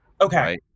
Okay